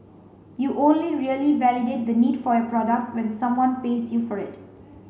you only really validate the need for your product when someone pays you for it